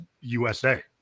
USA